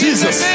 Jesus